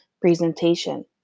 presentation